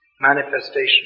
manifestation